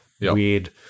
weird